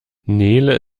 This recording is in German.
nele